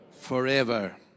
forever